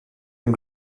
dem